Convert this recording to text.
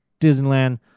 Disneyland